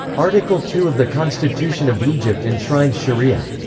article two of the constitution of egypt enshrines sharia.